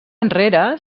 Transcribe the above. enrere